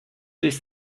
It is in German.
ist